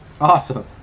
awesome